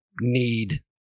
need